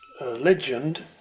legend